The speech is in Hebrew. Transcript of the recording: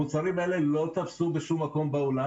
המוצרים האלה לא תפסו בשום מקום מעולם,